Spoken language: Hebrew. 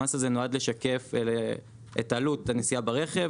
המס הזה נועד לשקף את עלות הנסיעה ברכב,